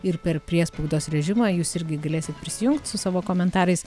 ir per priespaudos režimą jūs irgi galėsit prisijungt su savo komentarais